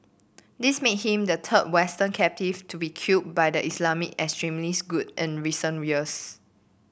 this make him the third Western captive to be killed by the Islamist extremist group in recent years